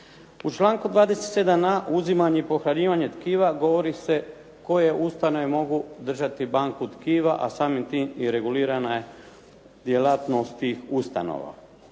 U članku 27.a uzimanje i pohranjivanje tkiva govori se koje ustanove mogu držati banku tkiva a samim time i regulirane djelatnosti ustanova.